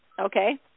Okay